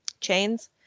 chains